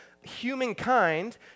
humankind